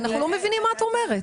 אנחנו לא מבינים מה את אומרת.